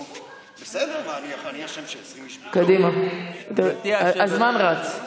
מה, אני אשם ש-20 איש, קדימה, הזמן רץ.